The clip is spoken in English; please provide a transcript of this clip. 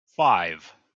five